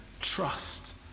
trust